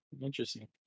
interesting